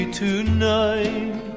tonight